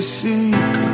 seek